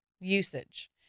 usage